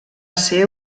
ser